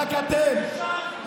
רק אתם,